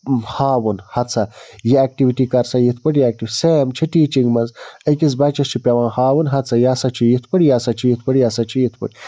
ہاوُن ہَتہٕ سا یہِ ایٚکٹیٛوٗٹی کَر سا یِتھٕ پٲٹھۍ یہِ ایکٹیٛوٗ سیم چھِ ٹیٖچِنٛگ منٛز أکِس بَچَس چھُ پٮ۪وان ہاوُن ہَتہٕ سا یہِ ہَسا چھُ یِتھٕ پٲٹھۍ یہِ ہَسا چھُ یِتھٕ پٲٹھۍ یہِ ہَسا چھِ یِتھٕ پٲٹھۍ